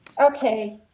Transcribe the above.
Okay